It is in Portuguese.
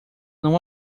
não